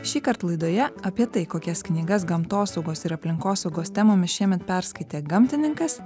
šįkart laidoje apie tai kokias knygas gamtosaugos ir aplinkosaugos temomis šiemet perskaitė gamtininkas